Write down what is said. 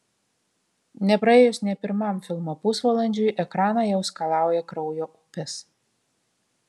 nepraėjus nė pirmam filmo pusvalandžiui ekraną jau skalauja kraujo upės